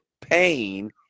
Pain